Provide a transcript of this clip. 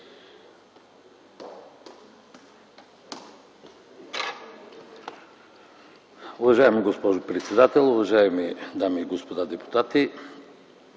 Уважаема госпожо председател, уважаеми дами и господа народни